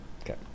Okay